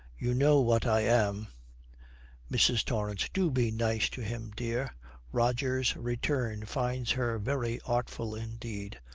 you know what i am mrs. torrance. do be nice to him, dear roger's return finds her very artful indeed,